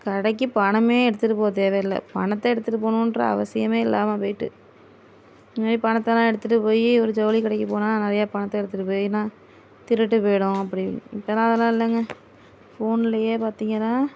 கடைக்கு பணமே எடுத்துகிட்டு போக தேவையில்லை பணத்தை எடுத்துகிட்டு போகணுன்ற அவசியமே இல்லாமல் போயிட்டு முன்னாடி பணத்தெலாம் எடுத்துகிட்டு போய் ஒரு ஜவுளி கடைக்கு போனால் நிறையா பணத்தை எடுத்துகிட்டு போனால் திருட்டு போயிவிடும் அப்படி இப்பெலாம் அதெல்லாம் இல்லைங்க ஃபோனிலயே பார்த்தீங்கன்னா